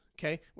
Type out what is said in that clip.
Okay